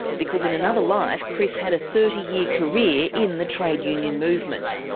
because in another life chris had a thirty year career in the trade union movement.